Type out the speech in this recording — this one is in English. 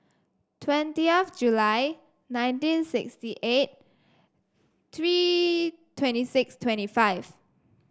twentieth July nineteen sixty eight three twenty six twenty five